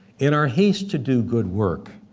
in our haste to do good work,